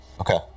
Okay